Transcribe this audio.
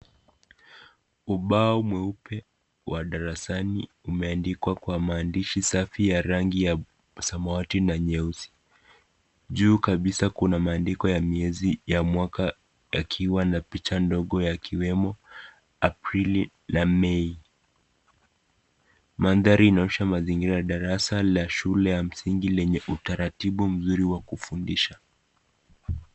Ubao mweupe wa darasani umeandikwa kwa maandishi safi ya rangi ya samawati na nyeusi. Juu kabisa kuna maandiko ya miezi wa mwaka yakiwa na picha ndogo yakiwemo Aprili na Mei. Mandhari inaonyesha mazingira ya darasa la shule ya msingi lenye utaratibu mzuri wa kufundisha.